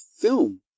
film